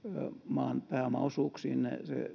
maan pääomaosuuksiin